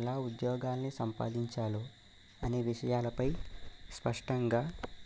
ఎలా ఉద్యోగాన్ని సంపాదించాలో అనే విషయాలపై స్పష్టంగా